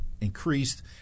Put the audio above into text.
increased